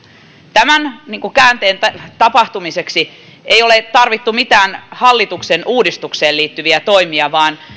tämän käänteen tapahtumiseksi ei ole tarvittu mitään hallituksen uudistukseen liittyviä toimia vaan